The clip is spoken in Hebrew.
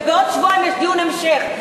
ובעוד שבועיים יש דיון המשך.